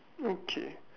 okay